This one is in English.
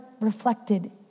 reflected